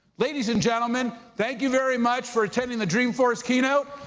ladies and gentlemen, thank you very much for attending the dreamforce keynote.